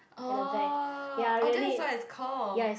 oh oh that is what it's call